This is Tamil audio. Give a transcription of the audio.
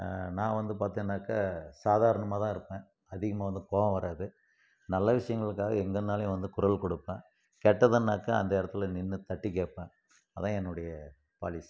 நான் வந்து பாணத்திங்னாக்கா சாதாரணமாகதான் இருப்பேன் அதிகமாக வந்து கோபம் வராது நல்ல விஷயங்களுக்காக எங்கே இருந்தாலும் வந்து குரல் கொடுப்பேன் கெட்டதுனாக்கால் அந்த இடத்துல நின்று தட்டி கேட்பேன் அதுதான் என்னுடைய பாலிசி